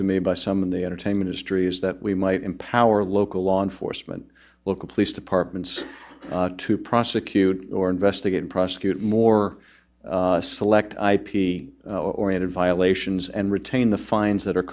to me by some in the entertainment industry is that we might empower local law enforcement local police departments to prosecute or investigate and prosecute more select ip oriented violations and retain the fines that are